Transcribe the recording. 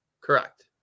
Correct